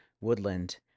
Woodland